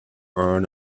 earn